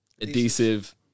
Adhesive